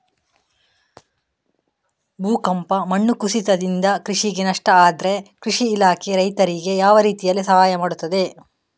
ಭೂಕಂಪ, ಮಣ್ಣು ಕುಸಿತದಿಂದ ಕೃಷಿಗೆ ನಷ್ಟ ಆದ್ರೆ ಕೃಷಿ ಇಲಾಖೆ ರೈತರಿಗೆ ಯಾವ ರೀತಿಯಲ್ಲಿ ಸಹಾಯ ಮಾಡ್ತದೆ?